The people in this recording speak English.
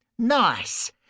Nice